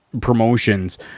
promotions